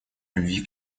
любви